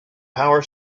power